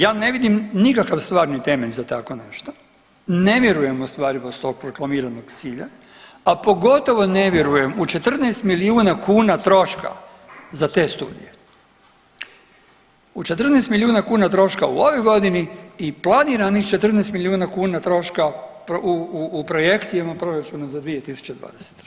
Ja ne vidim nikakav stvarni temelj za tako nešto, ne vjerujem u ostvarivost tog proklamiranog cilja, a pogotovo ne vjerujem u 14 milijuna kuna troška za te studije, u 14 milijuna kuna troška u ovoj godini i planiranih 14 milijuna kuna troška u projekcijama proračuna za 2023.